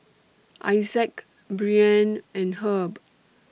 Isaac Brianne and Herb